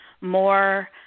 more